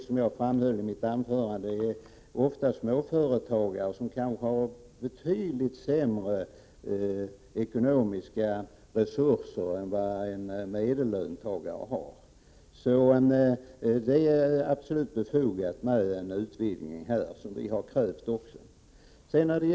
Som jag framhöll i mitt anförande är de ofta småföretagare, som kanske har betydligt sämre ekonomiska resurser än en medellöntagare har. Det är absolut befogat med den utvidgning, som vi moderater har krävt.